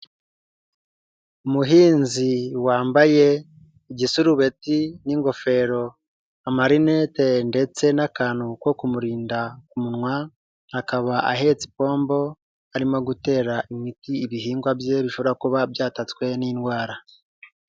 Uuhinzi wambaye igisurubeti n'ingofero, amarinete ndetse n'akantu ko kumurinda umunwa, akaba ahetsepombo arimo gutera imiti ibihingwa bye bishobora kuba byatatswe n'indwara.